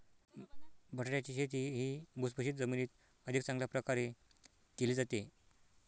बटाट्याची शेती ही भुसभुशीत जमिनीत अधिक चांगल्या प्रकारे केली जाते